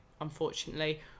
unfortunately